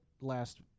last